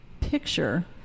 picture